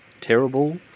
terrible